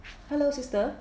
hello sister